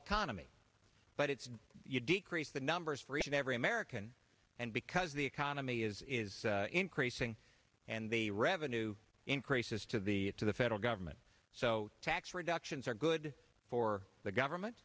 economy but it's you decrease the numbers for each and every american and because the economy is increasing and the revenue increases to the to the federal government so tax reductions are good for the government